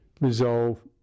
resolve